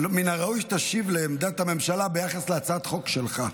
מן הראוי שתקשיב לעמדת הממשלה ביחס להצעת החוק שלך.